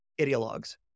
ideologues